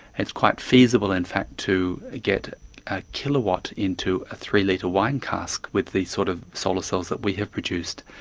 it's quite feasible in fact to get a kilowatt into a three-litre wine cask with these sort of solar cells that we have produced.